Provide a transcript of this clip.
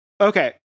okay